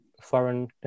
foreign